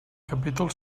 capítol